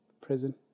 prison